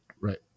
Right